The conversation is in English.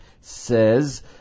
says